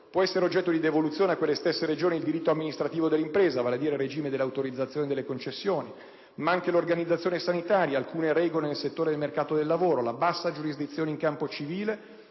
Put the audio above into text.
può essere oggetto di devoluzione a quelle stesse Regioni il diritto amministrativo dell'impresa, vale a dire il regime delle autorizzazioni e delle concessioni, ma anche l'organizzazione sanitaria, alcune regole nel settore del mercato del lavoro, la bassa giurisdizione in campo civile